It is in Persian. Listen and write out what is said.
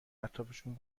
اطرافشون